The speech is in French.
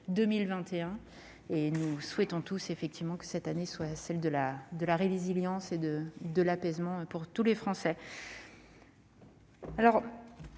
2021 : nous souhaitons tous que cette année soit celle de la résilience et de l'apaisement pour tous les Français.